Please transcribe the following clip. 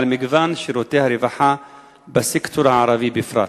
מגוון שירותי הרווחה בסקטור הערבי בפרט?